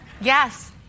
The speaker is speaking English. Yes